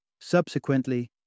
Subsequently